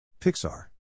Pixar